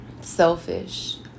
selfish